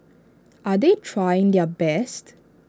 are they trying their best